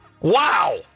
Wow